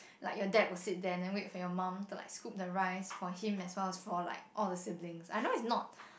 like your dad will sit there and then wait for your mum to like scoop the rice for him as well as for like all the siblings I know it's not